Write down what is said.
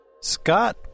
Scott